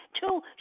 two